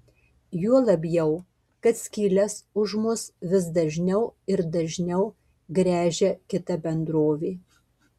juo labiau kad skyles už mus vis dažniau ir dažniau gręžia kita bendrovė